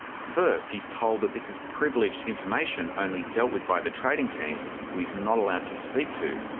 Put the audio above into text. first he's told that this is privileged information only dealt with by the trading team who he's not allowed to speak to.